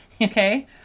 Okay